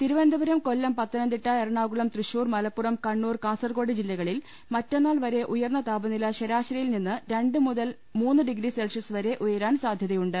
തിരുവനന്തപുരം കൊല്ലം പത്തനംതിട്ട എറണാകുളം തൃശൂർ മലപ്പുറം കണ്ണൂർ കാസർകോട്ട് ജില്ലകളിൽ മറ്റന്നാൾ വരെ ഉയർന്ന താപനില ശരാശരിയിൽ നിന്ന് രണ്ട് മുതൽ മൂന്ന് ഡിഗ്രി സെൽഷ്യസ് വരെ ഉയരാൻ സാധ്യതയുണ്ട്